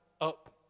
up